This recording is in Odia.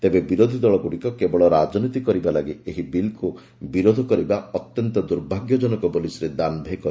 ତେବେ ବିରୋଧୀଦଳଗୁଡ଼ିକ କେବଳ ରାଜନୀତି କରିବାଲାଗି ଏହି ବିଲ୍କୁ ବିରୋଧ କରିବା ଅତ୍ୟନ୍ତ ଦୁର୍ଭାଗ୍ୟଜନକ ବୋଲି ଶ୍ରୀ ଦାନ୍ଭେ କହିଛନ୍ତି